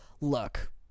Look